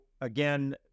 again